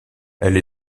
elle